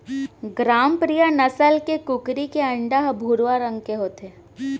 ग्रामप्रिया नसल के कुकरी के अंडा ह भुरवा रंग के होथे